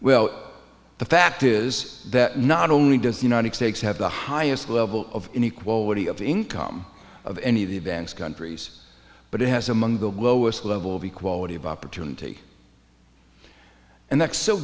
well the fact is that not only does the united states have the highest level of inequality of income of any of the advanced countries but it has among the lowest level of equality of opportunity and that is so